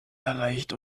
erreicht